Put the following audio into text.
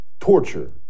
torture